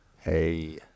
Hey